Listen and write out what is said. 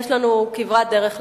יש לנו כברת דרך לעשות.